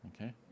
okay